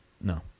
no